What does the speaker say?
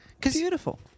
Beautiful